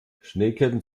schneeketten